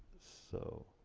so.